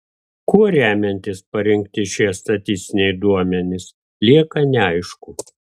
kuo remiantis parinkti šie statistiniai duomenys lieka neaišku